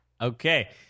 Okay